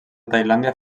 tailàndia